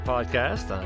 Podcast